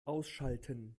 ausschalten